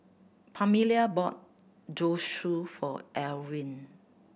Pamelia bought Zosui for Elwin